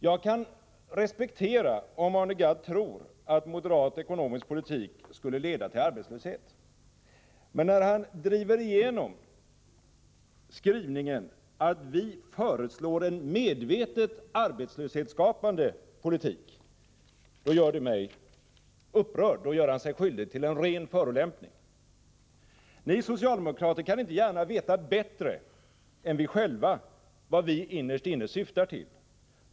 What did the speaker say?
Jag kan respektera Arne Gadds uppfattning, om han säger att han tror att moderat ekonomisk politik skulle leda till arbetslöshet. Men när han säger att vi föreslår en medvetet arbetslöshetsskapande politik, då gör det mig upprörd. Då gör Arne Gadd sig skyldig till en ren förolämpning. Ni socialdemokrater kan inte gärna veta bättre än vi själva vad vi innerst inne syftar till.